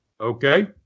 Okay